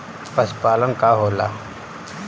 पशुपलन का होला?